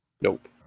nope